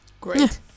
Great